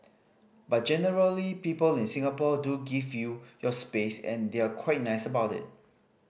but generally people in Singapore do give you your space and they're quite nice about it